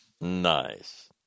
Nice